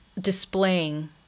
displaying